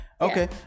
okay